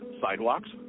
sidewalks